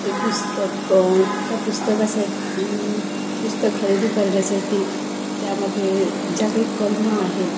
ते पुस्तक त्या पुस्तकासा पुस्तक खरेदी करण्यासाठी त्यामध्ये ज्या काही कलमा आहेत